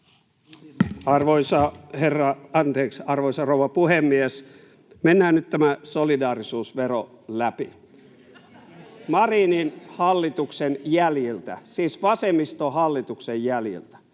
Arvoisa rouva puhemies! Mennään nyt tämä solidaarisuusvero läpi. [Vasemmalta: Vielä kerran!] Marinin hallituksen jäljiltä, siis vasemmistohallituksen jäljiltä,